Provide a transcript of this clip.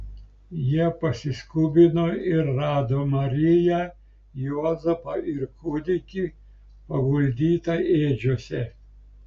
jie pasiskubino ir rado mariją juozapą ir kūdikį paguldytą ėdžiose